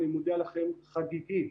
אני מודיע לכם את זה חגיגי: